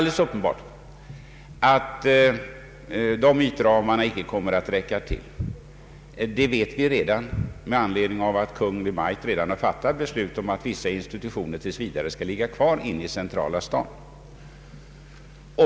Det är uppenbart att denna ytram inte kommer att räcka till, något som vi redan vet eftersom Kungl. Maj:t har fattat beslut om ligga kvar i stadens centrala delar.